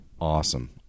awesome